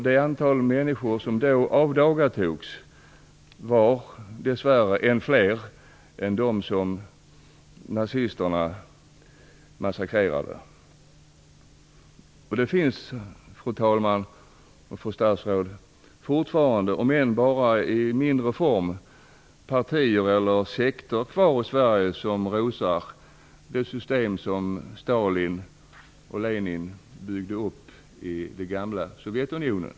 Det antal människor som då avdagatogs var dess värre än större än de som nazisterna massakrerade. Fru talman! Fru statsråd! Fortfarande finns det, om än bara i mindre form, partier eller sekter kvar i Sverige som rosar det system som Stalin och Lenin byggde upp i det gamla Sovjetunionen.